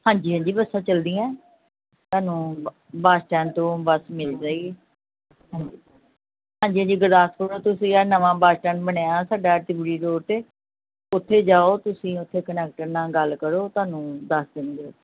ਹਾਂਜੀ ਹਾਂਜੀ ਬੱਸਾਂ ਚੱਲਦੀਆਂ ਤੁਹਾਨੂੰ ਬ ਬੱਸ ਸਟੈਂਡ ਤੋਂ ਬੱਸ ਮਿਲ ਜਾਏਗੀ ਹਾਂਜੀ ਹਾਂਜੀ ਹਾਂਜੀ ਗੁਰਦਾਸਪੁਰ ਤੋਂ ਤੁਸੀਂ ਆਹ ਨਵਾਂ ਬੱਸ ਸਟੈਂਡ ਬਣਿਆ ਸਾਡਾ ਟਿਬੜੀ ਰੋਡ 'ਤੇ ਉੱਥੇ ਜਾਓ ਤੁਸੀਂ ਉੱਥੇ ਕਨੈਕਟਰ ਨਾਲ ਗੱਲ ਕਰੋ ਤੁਹਾਨੂੰ ਦੱਸ ਦੇਣਗੇ